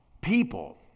people